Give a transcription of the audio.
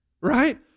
right